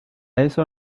eso